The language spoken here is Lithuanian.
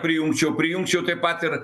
prijungčiau prijungčiau taip pat ir